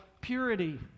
purity